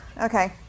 okay